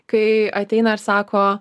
kai ateina ir sako